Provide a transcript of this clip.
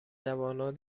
جوانان